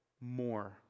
more